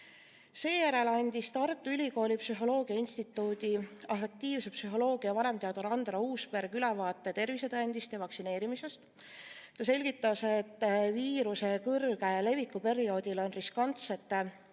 Seejärel andis Tartu Ülikooli psühholoogia instituudi afektiivse psühholoogia vanemteadur Andero Uusberg ülevaate tervisetõendist ja vaktsineerimisest. Ta selgitas, et viiruse suure leviku perioodil on riskantsete